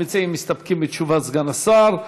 המציעים מסתפקים בתשובת סגן השר.